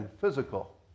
physical